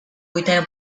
vuitena